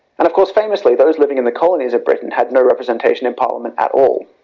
and, of course, famously those living in the colonies of britain had no representation in parliament at all.